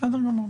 בסדר גמור.